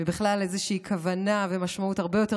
ובכלל איזושהי כוונה ומשמעות הרבה יותר